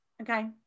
okay